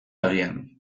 agian